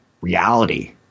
reality